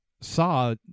saw